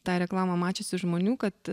tą reklamą mačiusių žmonių kad